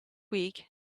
week